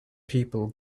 people